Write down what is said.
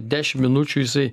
dešimt minučių jisai